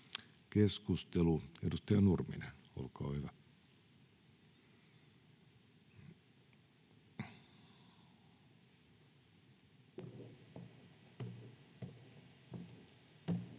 Keskustelu, edustaja Nurminen, olkaa hyvä.